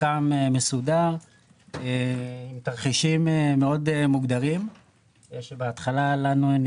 פק"מ מסודר עם תרחישים מאוד מוגדרים שבהתחלה לנו הם